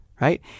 right